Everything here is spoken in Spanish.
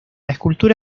escultura